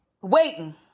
waiting